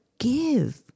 give